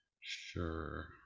Sure